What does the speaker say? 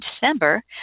December